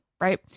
right